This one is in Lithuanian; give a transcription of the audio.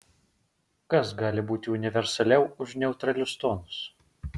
kas gali būti universaliau už neutralius tonus